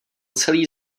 celý